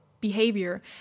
behavior